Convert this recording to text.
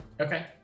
Okay